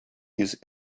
his